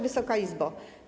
Wysoka Izbo!